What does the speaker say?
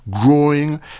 growing